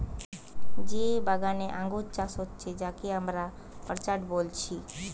যে বাগানে আঙ্গুর চাষ হচ্ছে যাকে আমরা অর্চার্ড বলছি